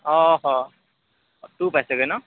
two পাইছেগৈ ন